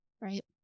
right